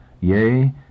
Yea